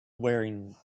wearing